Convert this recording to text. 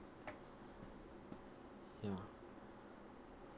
ya